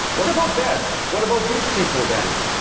what about that? what about these people then?